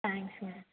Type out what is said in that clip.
தேங்க்ஸ்ங்க